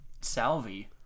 Salvi